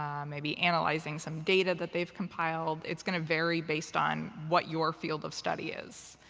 maybe analyzing some data that they've compiled. it's going to vary based on what your field of study is.